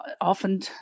often